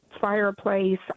fireplace